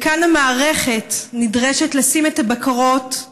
וכאן המערכת נדרשת לשים את הבקרות.